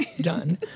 Done